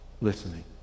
listening